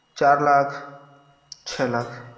चार लाख छह लाख